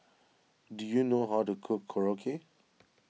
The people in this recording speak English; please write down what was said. do you know how to cook Korokke